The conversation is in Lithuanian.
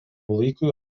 laikui